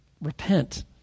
repent